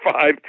five